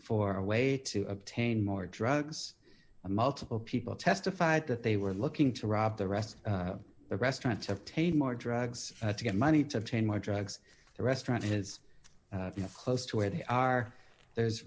for a way to obtain more drugs a multiple people testified that they were looking to rob the rest of the restaurant to take more drugs to get money to obtain more drugs the restaurant is close to where they are there's